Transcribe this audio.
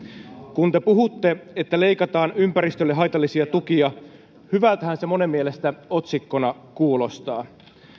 kun te puhutte että leikataan ympäristölle haitallisia tukia hyvältähän se monen mielestä otsikkona kuulostaa